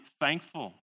thankful